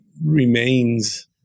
remains